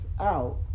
out